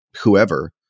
whoever